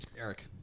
Eric